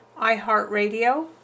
iHeartRadio